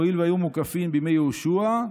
הואיל והיו מוקפין בימי יהושע,